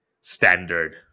standard